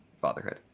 Fatherhood